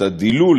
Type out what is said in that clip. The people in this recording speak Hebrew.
את הדילול,